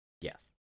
Yes